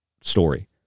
story